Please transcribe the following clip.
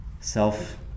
self